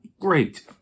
Great